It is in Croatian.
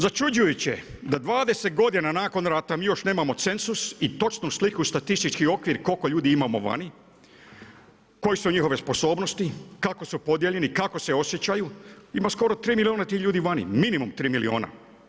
Začuđujuće da 20 godina nakon rata mi još nemamo cenzus i točnu sliku statistički okvir koliko ljudi imamo vani, koje su njihove sposobnosti, kako su podijeljeni, kako se osjećaju, ima skoro 3 milijuna tih ljudi vani, minimum 3 milijuna.